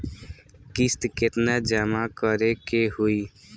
किस्त केतना जमा करे के होई?